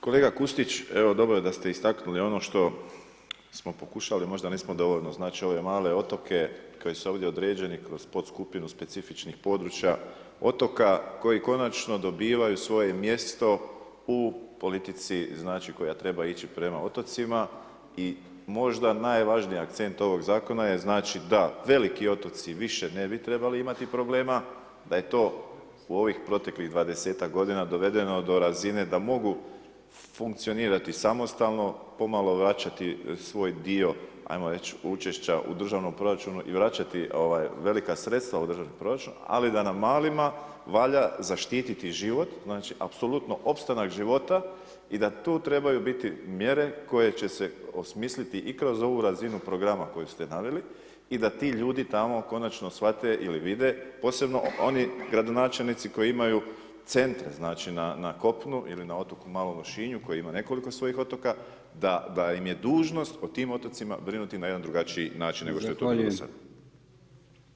Kolega Kustić, evo, dobro je da ste istaknuli ono što smo pokušali, možda nismo dovoljno, znači, ove male otoke, koji su ovdje određeni kroz podskupinu specifičnih područja otoka koji konačno dobivaju svoje mjesto u politici, znači, koja treba ići prema otocima i možda najvažniji akcent ovog Zakona je, znači, da veliki otoci više ne bi trebali imati problema, da je to u ovih proteklih 20-tak godina dovedeno do razine da mogu funkcionirati samostalno, pomalo vraćati svoj dio, ajmo reći, učešća u državnom proračunu i vraćati velika sredstva u državnom proračunu, ali da na malima valja zaštititi život, znači, apsolutno opstanak života i da tu trebaju biti mjere koje će se osmisliti i kroz ovu razinu programa koji ste naveli i da ti ljudi tamo konačno shvate ili vide, posebno oni gradonačelnici koji imaju Centre, znači, na kopnu ili na otoku Malom Lošinju, koji nekoliko svojih otoka, da im je dužnost o tim otocima brinuti na jedan drugačiji način [[Upadica: Zahvaljujem]] nego što je to bilo do sada.